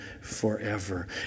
forever